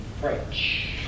French